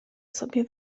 sobie